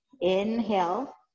Inhale